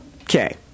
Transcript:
Okay